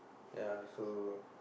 ya so